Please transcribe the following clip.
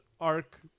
arc